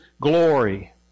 glory